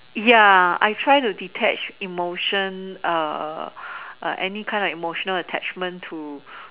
ya I try to detach emotion err any kind of emotional attachment to